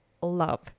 love